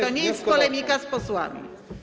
To nie jest polemika z posłami.